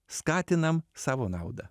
skatinam savo nauda